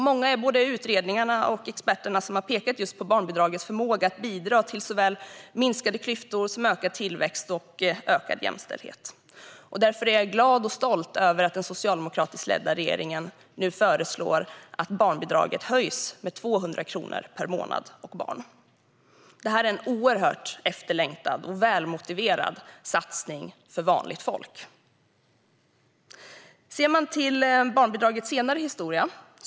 Många är de utredningar och experter som har pekat på just barnbidragets förmåga att bidra till såväl minskade klyftor som ökad tillväxt och ökad jämställdhet. Därför är jag glad och stolt över att den socialdemokratiskt ledda regeringen nu föreslår att barnbidraget ska höjas med 200 kronor per månad och barn. Det är en oerhört efterlängtad och välmotiverad satsning för vanligt folk. Vi kan titta på barnbidragets senare historia.